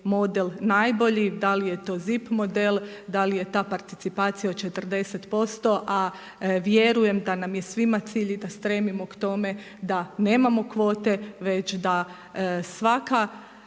model najbolji, da li je to ZIP model, da li je ta participacija od 40% a vjerujem da nam je svima cilj i da stremimo k tome da nemamo kvote već da svaka,